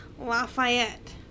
Lafayette